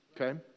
okay